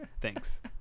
Thanks